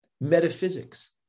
metaphysics